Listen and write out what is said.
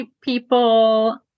people